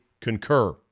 concur